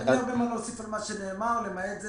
אין לי הרבה מה להוסיף על מה שנאמר למעט זה